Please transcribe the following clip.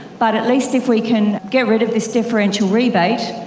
but at least if we can get rid of this differential rebate,